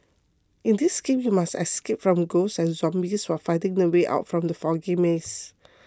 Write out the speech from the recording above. in this game you must escape from ghosts and zombies while finding the way out from the foggy maze